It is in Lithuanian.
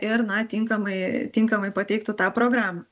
ir na tinkamai tinkamai pateiktų tą programą